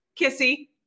Kissy